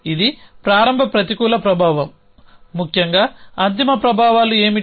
ఇది ప్రారంభ ప్రతికూల ప్రభావం ముఖ్యంగా అంతిమ ప్రభావాలు ఏమిటి